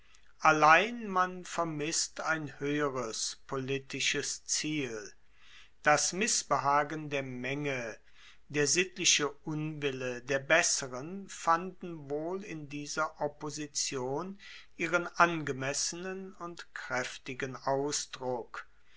allein man vermisst ein hoeheres politisches ziel das missbehagen der menge der sittliche unwille der besseren fanden wohl in dieser opposition ihren angemessenen und kraeftigen ausdruck